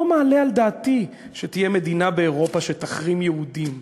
לא מעלה על דעתי שתהיה מדינה באירופה שתחרים יהודים.